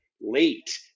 Late